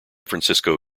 francisco